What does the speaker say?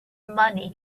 money